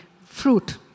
fruit